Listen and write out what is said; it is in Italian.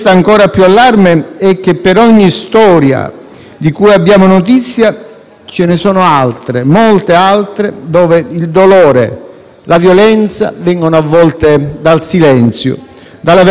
di cui abbiamo notizia ce ne sono altre, molte altre, in cui il dolore e la violenza vengono a volte dal silenzio, dalla vergogna e, purtroppo, dall'impunità.